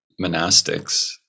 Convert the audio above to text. monastics